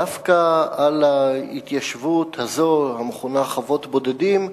דווקא על ההתיישבות הזו המכונה חוות בודדים,